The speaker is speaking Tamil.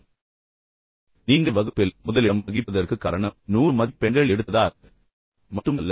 இப்போது நீங்கள் வகுப்பில் முதலிடம் வகிப்பதற்கு காரணம் நீங்கள் 100 மதிப்பெண்கள் எடுத்ததால் மட்டும் அல்ல